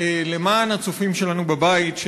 למען הצופים שלנו בבית,